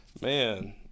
Man